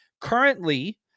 currently